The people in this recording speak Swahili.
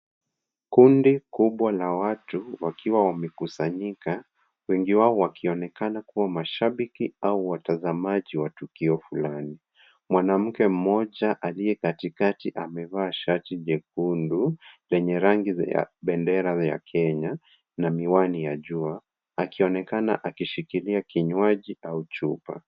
Kundi kubwa la watu wakiwa wamekusanyika, wengi wao wakionekana kuwa mashabiki au watazamaji wa tukio fulani. Mwanamke mmoja aliye katikati amevaa shati jekundu lenye rangi ya bendera ya Kenya na miwani ya jua, akionekana akishikilia kinywaji au chupa.